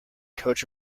coach